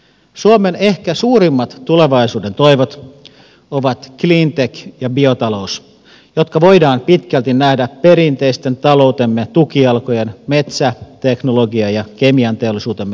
suomen ehkä suurimmat tulevaisuuden toivot ovat cleantech ja biotalous jotka voidaan pitkälti nähdä perinteisten taloutemme tukijalkojen metsä teknologia ja kemianteollisuutemme uudistumisena